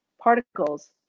particles